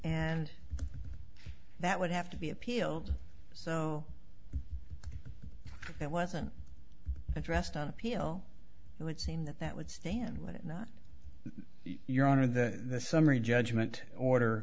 and that would have to be appealed so it wasn't addressed on appeal it would seem that that would stand would it not your honor of the summary judgment order